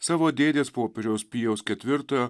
savo dėdės popiežiaus pijaus ketvirtojo